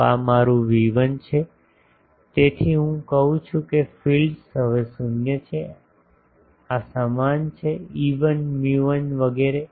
તો આ મારું V1 છે તેથી હું કહું છું કે ફીલ્ડ્સ હવે શૂન્ય છે આ સમાન છે ε1 μ1 વગેરે